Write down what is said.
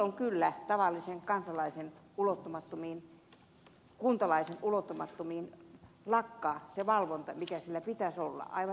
silloin kyllä tavallisen kansalaisen kuntalaisen ulottumattomiin siirtyy se valvonta mikä hänellä pitäisi olla aivan ehdottomasti